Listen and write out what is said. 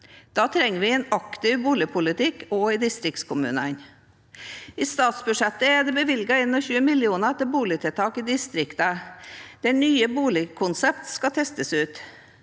Da trenger vi en aktiv boligpolitikk også i distriktskommunene. I statsbudsjettet er det bevilget 21 mill. kr til boligtiltak i distriktene, der nye boligkonsepter skal testes ut.